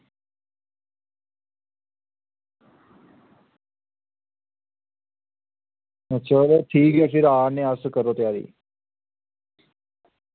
अच्छा ते ठीक ऐ फिर आ करने आं अस करो त्यारी